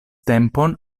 tempon